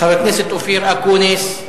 חבר הכנסת אופיר אקוניס,